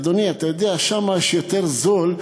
אדוני, אתה יודע, שם יותר זול.